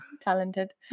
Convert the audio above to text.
talented